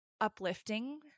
uplifting